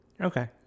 okay